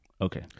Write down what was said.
Okay